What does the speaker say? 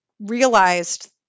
realized